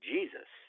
Jesus